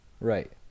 Right